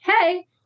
hey